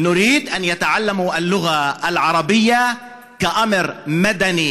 אנו רוצים שילמדו את השפה הערבית כעניין אזרחי,